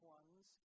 ones